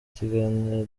ikiganiro